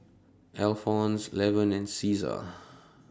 Alphons Levern and Ceasar